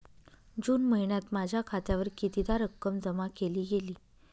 जून महिन्यात माझ्या खात्यावर कितीदा रक्कम जमा केली गेली?